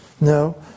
No